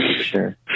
Sure